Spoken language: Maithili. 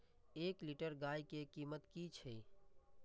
एक लीटर गाय के कीमत कि छै?